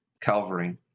Calvary